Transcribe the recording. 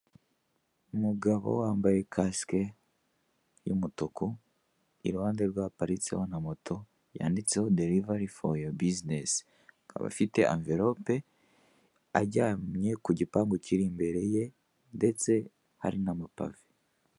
Umugabo wambaye kasike y'umutuku iruhande rwe haparitseho na moto yanditseho derivari for yuwa bisinesi akaba afite amverope aryamye kugipangu kiri imbere ye ndetse hari n'amapave.